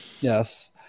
Yes